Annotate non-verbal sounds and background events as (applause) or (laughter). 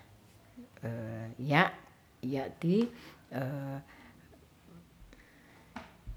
(hesitation) nya iya' ti (hesitation)